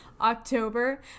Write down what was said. October